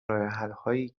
راهحلهایی